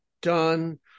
done